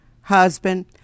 husband